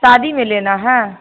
शादी में लेना है